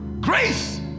Grace